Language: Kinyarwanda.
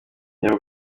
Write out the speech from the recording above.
reba